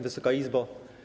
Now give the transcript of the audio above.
Wysoka Izbo!